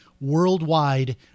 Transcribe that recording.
worldwide